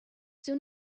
soon